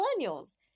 millennials